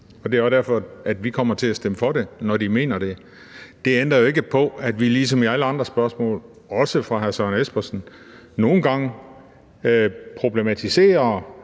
det er også derfor, at vi kommer til at stemme for det, når de mener det, men det ændrer jo ikke på, at vi ligesom i alle andre spørgsmål, også fra hr. Søren Espersen, nogle gange problematiserer